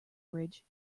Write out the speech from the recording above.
bridge